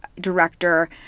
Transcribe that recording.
director